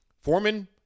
Foreman